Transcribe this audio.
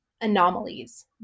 anomalies